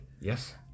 Yes